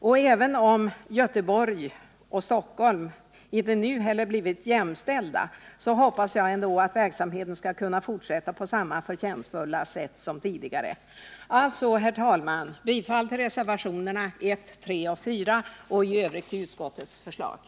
Och även om Stockholm och Göteborg inte heller nu blir jämställda, hoppas jag att verksamheten ändå skall kunna fortsätta på samma förtjänstfulla sätt som tidigare. Jag yrkar alltså, herr talman, bifall till reservationerna 1,3 och 4 och i övrigt bifall till vad utskottet hemställt.